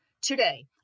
Today